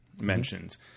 mentions